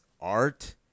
art